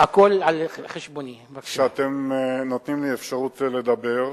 על שאתם נותנים לי אפשרות לדבר,